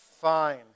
fine